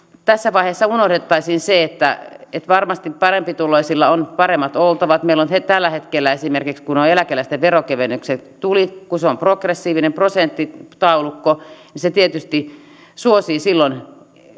tässä vaiheessa unohdettaisiin se että että varmasti parempituloisilla on paremmat oltavat meillä tällä hetkellä esimerkiksi kun eläkeläisten veronkevennykset tulivat kun se on progressiivinen prosenttitaulukko se tietysti suosii silloin